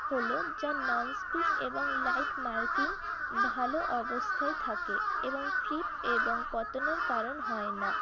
হল যা ননস্পিক এবং লাইক মারকিং ভালো অবস্থায় থাকে এবং ফ্লিপ এবং পতনের কারণ হয় না